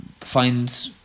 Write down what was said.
find